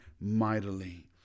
mightily